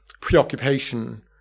preoccupation